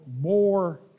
more